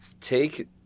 take